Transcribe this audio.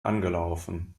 angelaufen